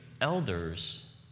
elders